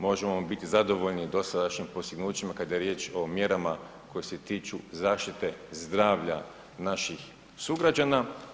Možemo biti zadovoljni dosadašnjim postignućima kada je riječ o mjerama koje se tiču zaštite zdravlja naših sugrađana.